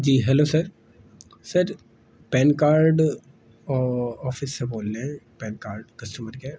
جی hello sir sir PAN card office سے بول رہے ہیں پین کارڈ کسٹمر کیئر